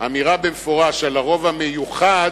האמירה במפורש על הרוב המיוחד,